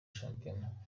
shampiyona